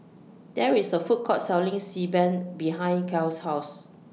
There IS A Food Court Selling Xi Ban behind Cal's House